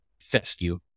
fescue